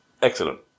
Excellent